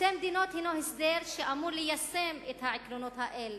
שתי מדינות הוא הסדר שאמור ליישם את העקרונות האלה.